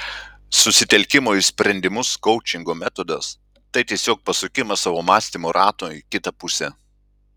susitelkimo į sprendimus koučingo metodas tai tiesiog pasukimas savo mąstymo rato į kitą pusę